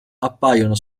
appaiono